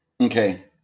Okay